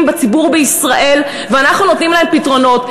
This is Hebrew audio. בציבור בישראל ואנחנו נותנים להם פתרונות.